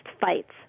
fights